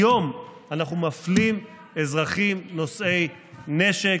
היום אנחנו מפלים אזרחים נושאי נשק